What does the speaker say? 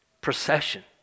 procession